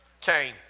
Cain